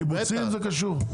לקיבוצים זה קשור?